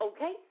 Okay